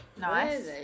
Nice